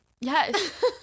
Yes